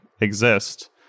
exist